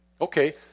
Okay